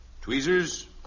tweezers